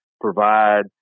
provide